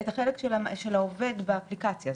החלק של העובד באפליקציה.